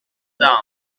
down